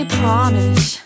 promise